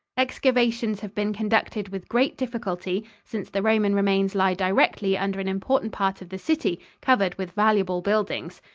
excavations have been conducted with great difficulty, since the roman remains lie directly under an important part of the city covered with valuable buildings.